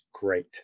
great